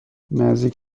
نزدیک